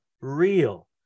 real